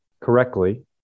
correctly